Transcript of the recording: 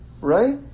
Right